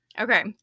Okay